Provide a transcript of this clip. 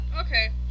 Okay